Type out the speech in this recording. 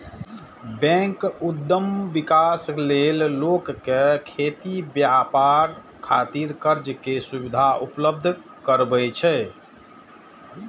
bank उद्यम विकास लेल लोक कें खेती, व्यापार खातिर कर्ज के सुविधा उपलब्ध करबै छै